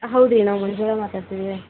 ಹೌದು ರೀ ನಾವು ಮಂಜುಳ ಮಾತಾಡ್ತಿದ್ದೀವಿ